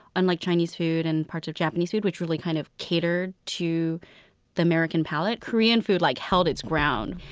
unlike chinese food and parts of japanese food, which really kind of catered to the american palate, korean food like held its ground.